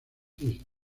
islas